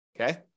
Okay